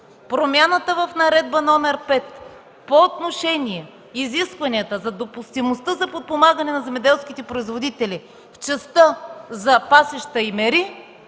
промяната в Наредба № 5 по отношение изискванията за допустимостта за подпомагане на земеделските производители в частта за пасища и мери с